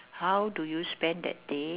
how do you spend that day